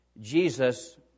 Jesus